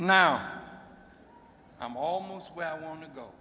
now i'm almost where i want to go